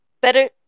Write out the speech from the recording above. better